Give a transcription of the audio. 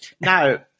Now